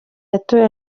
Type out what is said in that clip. yatoye